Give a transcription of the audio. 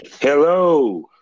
Hello